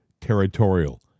territorial